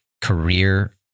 career